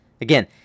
Again